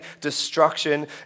destruction